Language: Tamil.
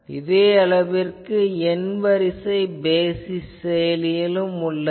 இதே அளவிற்கு N வரிசை பேசிஸ் செயலியிலும் உள்ளது